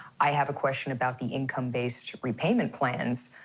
i have a question about the income-based repayment plans.